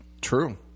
True